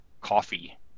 coffee